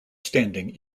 standing